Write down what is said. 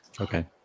Okay